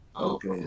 Okay